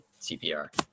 CPR